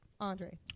Andre